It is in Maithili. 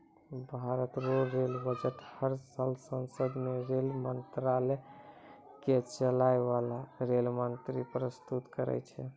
भारत रो रेल बजट हर साल सांसद मे रेल मंत्रालय के चलाय बाला रेल मंत्री परस्तुत करै छै